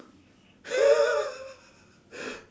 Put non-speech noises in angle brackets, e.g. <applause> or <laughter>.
<laughs>